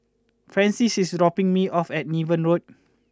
Francis is dropping me off at Niven Road